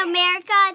America